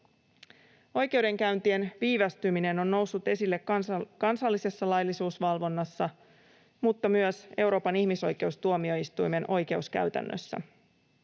Oikeudenkäyntien viivästyminen on noussut esille kansallisessa laillisuusvalvonnassa mutta myös Euroopan ihmisoikeustuomioistuimen oikeuskäytännössä.